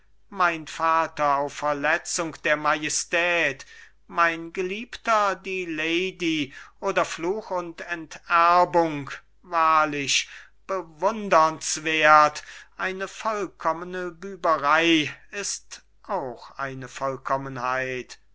mein vater auf verletzung der majestät mein geliebter die lady oder fluch und enterbung wahrlich bewundernswerth eine vollkommene büberei ist auch eine